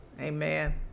Amen